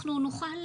אנחנו נוכל,